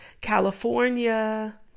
California